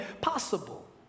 possible